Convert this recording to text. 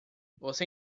você